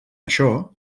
això